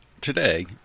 today